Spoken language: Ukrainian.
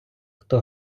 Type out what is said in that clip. хто